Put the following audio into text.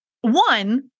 one